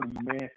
man